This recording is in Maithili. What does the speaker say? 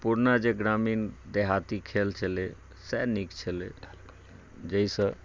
पुरना जे ग्रामीण देहाती खेल छलै सएह नीक छलै जइसे